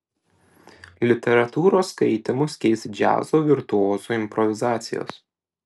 literatūros skaitymus keis džiazo virtuozų improvizacijos